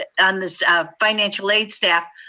and the financial aid staff,